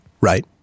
right